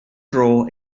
dro